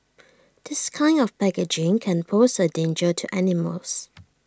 this kind of packaging can pose A danger to animals